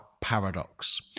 paradox